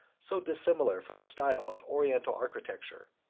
so dissimilar from the style of oriental architecture.